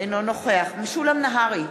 אינו נוכח משולם נהרי,